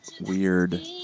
weird